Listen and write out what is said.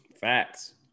Facts